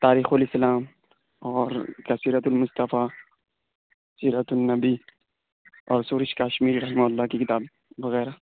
تاریخ الاسلام اور سیرۃ المصطفیٰ سیرۃ النبی اور سورش کاشمیری رحمہ اللہ علیہ کی کتاب وغیرہ